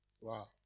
Wow